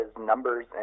numbers